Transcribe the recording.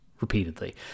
repeatedly